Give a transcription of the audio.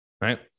right